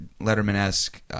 Letterman-esque